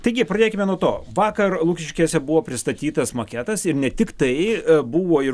taigi pradėkime nuo to vakar lukiškėse buvo pristatytas maketas ir ne tik tai buvo ir